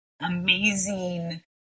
amazing